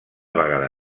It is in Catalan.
vegada